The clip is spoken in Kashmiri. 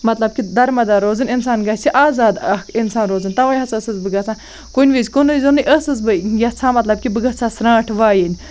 مَطلَب کہِ دَرمَدار روزُن اِنسان گَژھِ آزاد اکھ اِنسان روزُن تَوے ہَسا ٲسِس بہٕ گَژھان کُنہِ وِز کُنے زوٚنٕے ٲسِس بہٕ یَژھان کہِ مَطلَب بہٕ گژھ ہا سرانٛٹھ وایِنۍ